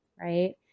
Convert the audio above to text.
right